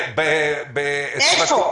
איפה?